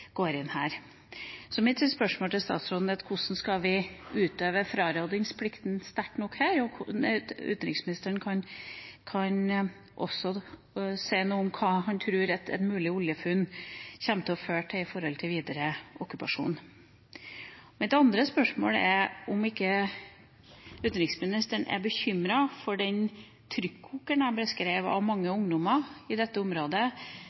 går inn der. Mitt spørsmål til statsråden er: Hvordan skal vi utøve frarådingsplikten sterkt nok her? Utenriksministeren kan også si noe om hva han tror at et eventuelt oljefunn kan føre til når det gjelder videre okkupasjon. Mitt andre spørsmål handler om hvorvidt utenriksministeren er bekymret for den trykkokeren – som jeg beskrev – av mange ungdommer i dette området,